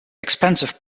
expensive